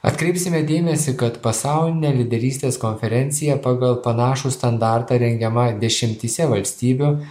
atkreipsime dėmesį kad pasaulinė lyderystės konferencija pagal panašų standartą rengiama dešimtyse valstybių